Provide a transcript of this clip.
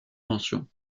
mention